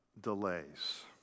delays